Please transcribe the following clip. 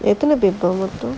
எத்தன:ethana paper மொத்தம்:motham